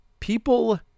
People